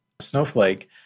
Snowflake